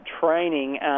training